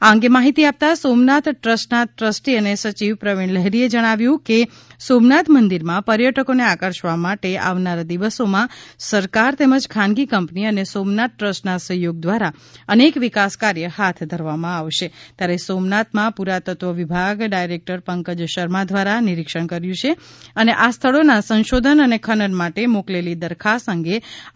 આ અંગે માહિતી આપતાં સોમનાથ ટ્રસ્ટના ટ્રસ્ટી અને સચિવ પ્રવીણ લહેરીએ જણાવ્યું કે સોમનાથ મંદીરમાં પર્યટકોને આકર્ષવા માટે આવનાર દિવસોમાં સરકાર તેમજ ખાનગી કંપની અને સોમનાથ ટ્રસ્ટના સહયોગ દ્વારા અનેક વિકાસ કાર્ય હાથ ધરવામાં આવનાર છે ત્યારે સોમનાથમાં પુરાતત્વ વિભાગ ડાયરેક્ટર પંકજ શર્મા દ્વારા નિરીક્ષણ કર્યું છે અને આ સ્થળોના સંશોધન અને ખનન માટે મોકલેલી દરખાસ્ત અંગે આગળ કાર્યવાહી હાથ ધરવામાં આવી છે